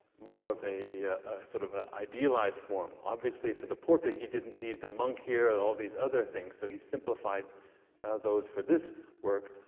more of a sort of ah idealized form. obviously, for the portrait, he didn't need the monk here, all these other things. so he simplified those for this work.